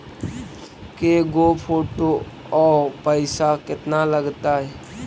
के गो फोटो औ पैसा केतना लगतै?